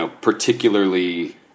particularly